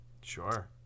Sure